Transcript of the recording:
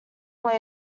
lay